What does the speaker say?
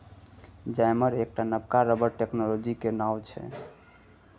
जाइमर एकटा नबका रबर टेक्नोलॉजी केर नाओ छै